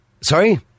Sorry